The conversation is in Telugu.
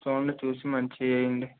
చూడండి చూసి మంచివెయ్యండి